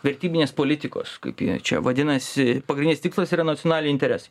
vertybinės politikos kaip ji čia vadinasi pagrindinis tikslas yra nacionaliniai interesai